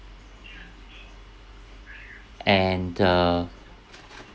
and the